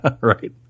Right